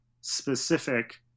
specific